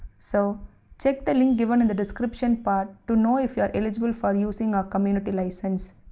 so check the link given in the description part to know if you're eligible for using our community license.